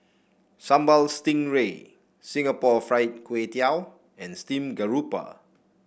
Sambal Stingray Singapore Fried Kway Tiao and Steam Garoupa